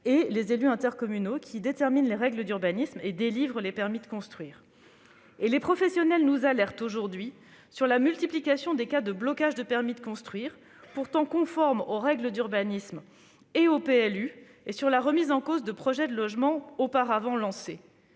et les élus intercommunaux qui déterminent les règles d'urbanisme et délivrent les permis de construire. Les professionnels nous alertent aujourd'hui sur la multiplication des cas de blocage de permis de construire, pourtant conformes aux règles d'urbanisme et au plan local d'urbanisme (PLU), et sur la remise en cause de projets de logements déjà lancés.